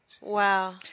Wow